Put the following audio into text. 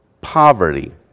poverty